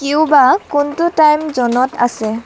Cuba কোনটো time জ'নত আছে